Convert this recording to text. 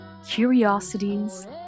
curiosities